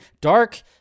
dark